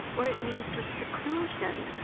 or it means the seclusion,